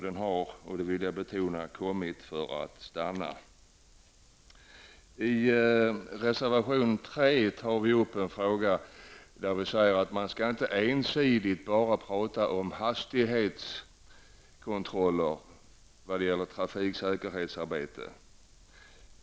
Den har -- det vill jag betona -- kommit för att stanna. I reservation nr 3 tar vi upp en fråga där vi säger att man inte ensidigt bara skall tala om hastighetskontroller i trafiksäkerhetsarbetet.